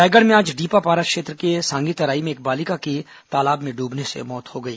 रायगढ़ में आज डीपापारा क्षेत्र के सांगीतराई में एक बालिका की तालाब में डूबने से मौत हो गई